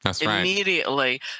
immediately